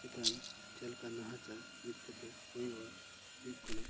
ᱪᱮᱛᱟᱱ ᱪᱮᱫ ᱞᱮᱠᱟ ᱱᱟᱦᱟᱪᱟᱨ ᱢᱤᱫᱠᱟᱛᱮ ᱠᱟᱛᱮ ᱦᱩᱭᱩᱜᱼᱟ ᱦᱩᱭᱩᱜ ᱠᱟᱱᱟ